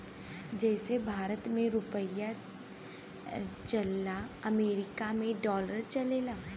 जइसे भारत मे रुपिया चलला अमरीका मे डॉलर चलेला